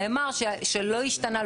נאמר שלא השתנה,